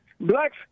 blacks